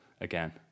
again